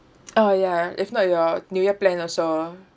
oh ya if not your new year plan also